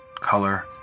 color